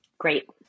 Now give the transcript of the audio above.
Great